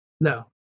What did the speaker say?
No